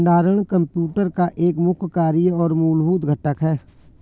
भंडारण कंप्यूटर का एक मुख्य कार्य और मूलभूत घटक है